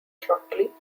shortly